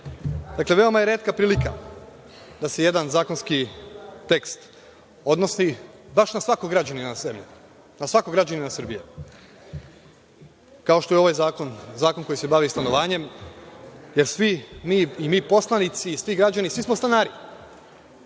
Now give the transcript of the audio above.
zgrada. Veoma je retka prilika da se jedan zakonski tekst odnosi baš na svakog građanina Srbije, kao što je ovaj zakon, zakon koji se bavi stanovanjem, jer svi mi, i mi poslanici i svi građani, svi smo stanari